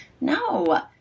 no